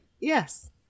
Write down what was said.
Yes